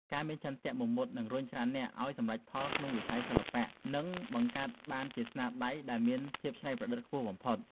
ការមានឆន្ទៈមោះមុតនឹងរុញច្រានអ្នកឱ្យសម្រេចផលក្នុងវិស័យសិល្បៈ និង បង្កើតបានជាស្នាដៃដែលមានភាពច្នៃប្រឌិតខ្ពស់បំផុត។